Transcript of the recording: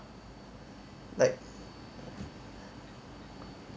like